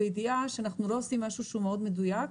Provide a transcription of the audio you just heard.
זאת בידיעה שאנחנו לא עושים משהו שהוא מאוד מדויק,